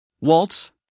waltz